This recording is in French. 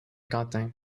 quentin